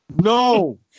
No